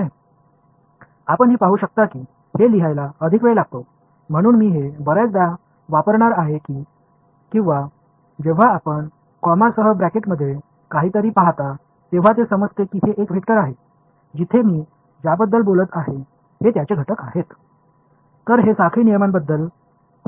இதை எழுத அதிக நேரம் எடுக்கும் என்பதை நீங்கள் காணலாம் நான் இதை அடிக்கடி பயன்படுத்தப் போகிறேனோ இல்லையோ புரிந்து கொள்ளவேண்டிய விஷயம் என்னவென்றால் கமாஸ் அடைப்புக்குறிக்குள் ஏதேனும் ஒன்றைக் காணும்போது அது ஒரு வெக்டர் என்பதும் அதன் காம்போனென்ட் களை பற்றிதான் நான் பேசுகின்றேன் என்பதும்புரியும்